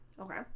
Okay